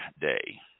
Day